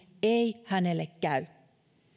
ei hänelle käy